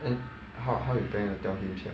then how how you planning to tell him sia